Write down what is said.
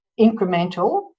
incremental